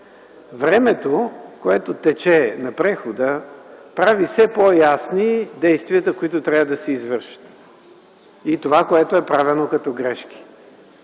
Времето, което тече – на прехода, прави все по-ясни действията, които трябва да се извършат, и това, което е правено като грешки.